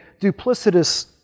duplicitous